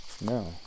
No